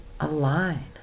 align